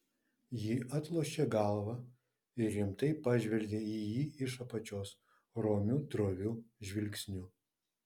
ji atlošė galvą ir rimtai pažvelgė į jį iš apačios romiu droviu žvilgsniu